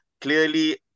Clearly